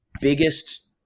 biggest